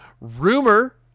Rumor